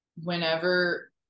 whenever